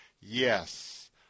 Yes